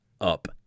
up